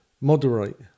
moderate